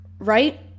right